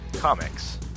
Comics